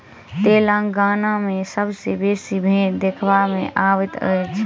तेलंगाना मे सबसँ बेसी भेंड़ देखबा मे अबैत अछि